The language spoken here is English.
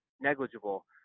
negligible